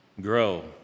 grow